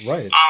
Right